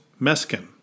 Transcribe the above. Meskin